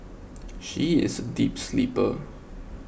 she is a deep sleeper